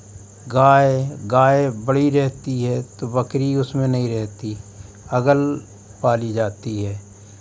गाय गाय बड़ी रहती है तो बकरी उसमें नहीं रहती अलग पाली जाती है